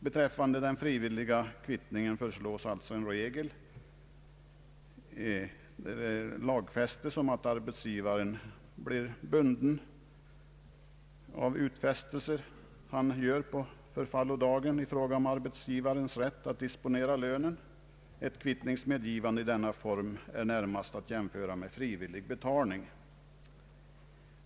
Beträffande den frivilliga kvittningen föreslås att en regel lagfästes om att arbetstagaren blir bunden av utfästelser han gör på förfallodagen i fråga om arbetsgivarens rätt att disponera lönen. Ett kvittningsmedgivande i denna form är närmast att jämföra med frivillig betalning.